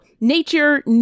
nature